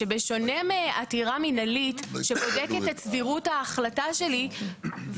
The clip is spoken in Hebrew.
שבשונה מעתירה מנהלית שבודקת את סבירות ההחלטה שלי,